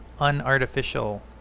unartificial